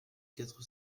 quatre